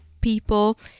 people